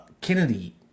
Kennedy